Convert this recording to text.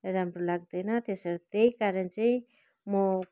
राम्रो लाग्दैन त्यसै र त्यही कारण चाहिँ म